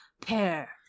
pair